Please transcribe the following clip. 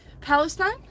Palestine